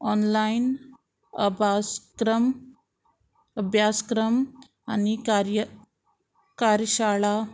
online अभासक्रम अभ्यासक्रम आनी कार्य कार्यशाळा